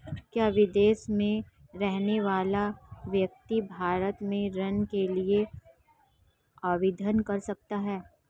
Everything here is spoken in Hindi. क्या विदेश में रहने वाला व्यक्ति भारत में ऋण के लिए आवेदन कर सकता है?